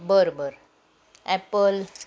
बरं बरं ॲपल